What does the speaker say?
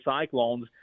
Cyclones